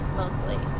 mostly